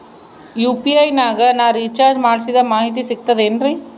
UPI ನಾಗ ನಾ recharge ಮಾಡಿಸಿದ ಮಾಹಿತಿ ಸಿಕ್ತದೆ ಏನ್ರಿ?